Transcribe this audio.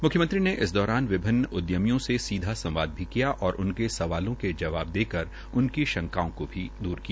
म्ख्यमंत्री ने इस दौरान विभिन्न उद्यमियों से सीधा संवाद भी किया और उनके सवालों के जवाब देकर उनकी शंकाओं को भी दूर किया